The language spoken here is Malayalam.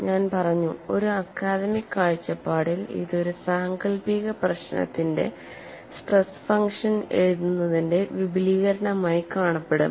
ഞാൻ പറഞ്ഞു ഒരു അക്കാദമിക് കാഴ്ചപ്പാടിൽ ഇത് ഒരു സാങ്കൽപ്പിക പ്രശ്നത്തിന്റെ സ്ട്രെസ് ഫംഗ്ഷൻ എഴുതുന്നതിന്റെ വിപുലീകരണമായി കാണപ്പെടും